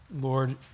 Lord